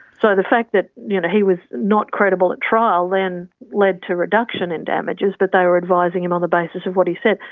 so the fact that you know he was not credible at trial then led to reduction in damages, but they were advising him on the basis of what he said.